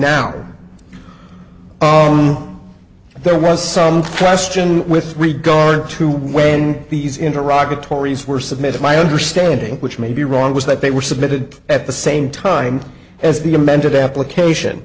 now there was some question with regard to when these interactive tories were submitted my understanding which may be wrong was that they were submitted at the same time as the amended application